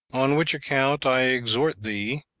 on which account i exhort thee,